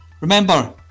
Remember